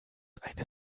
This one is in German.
eine